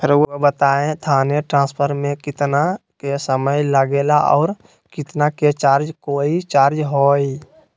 रहुआ बताएं थाने ट्रांसफर में कितना के समय लेगेला और कितना के चार्ज कोई चार्ज होई?